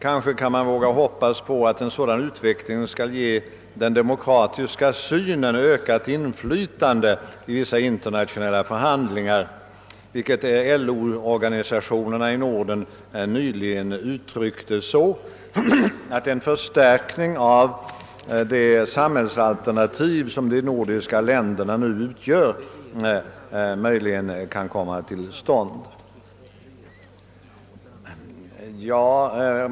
Kanske vågar man hoppas att en sådan utveckling skall ge den demokratiska synen ökat inflytande vid vissa internationella förhandlingar, vilket LO-organisationerna i Norden nyligen uttryckt så, att en förstärkning av de samhällsalternativ som de nordiska länderna nu utgör skulle komma till stånd.